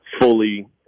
fully